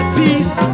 peace